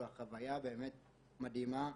החוויה באמת מדהימה,